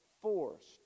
forced